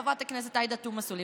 חברת הכנסת עאידה תומא סלימאן,